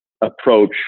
approach